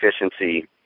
efficiency